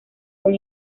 con